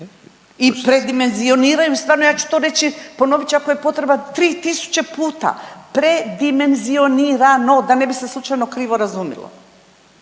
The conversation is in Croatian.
i predimenzioniraju stvarno, ja ću to reći, ponovit ću ako je potreba tri tisuće puta, predimenzionirano, da ne bi se slučajno krivo razumilo